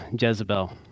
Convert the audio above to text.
Jezebel